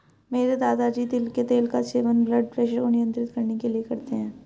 मेरे दादाजी तिल के तेल का सेवन ब्लड प्रेशर को नियंत्रित करने के लिए करते हैं